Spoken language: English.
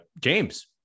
James